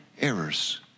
errors